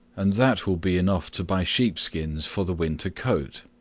and that will be enough to buy sheep-skins for the winter coat.